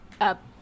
up